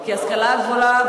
כי ההשכלה הגבוהה,